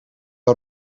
een